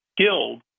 skilled